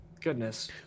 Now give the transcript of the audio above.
goodness